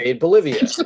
Bolivia